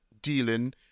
dealing